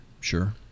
Sure